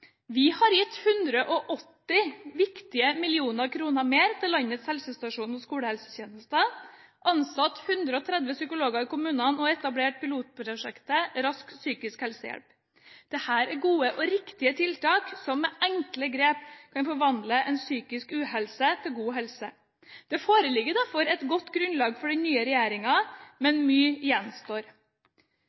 Vi har gitt 180 millioner viktige kroner mer til landets helsestasjons- og skolehelsetjeneste. Vi har ansatt 130 psykologer i kommunene og etablert pilotprosjektet Rask psykisk helsehjelp. Dette er gode og riktige tiltak, som med enkle grep kan forvandle en psykisk uhelse til god helse. Det foreligger derfor et godt grunnlag for den nye regjeringen, men mye gjenstår.